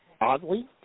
oddly